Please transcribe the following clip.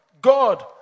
God